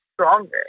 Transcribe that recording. stronger